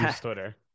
Twitter